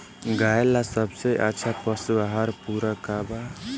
गाय ला सबसे अच्छा पशु आहार पूरक का बा?